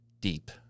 deep